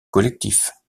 collectifs